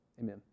amen